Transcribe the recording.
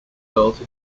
loyalty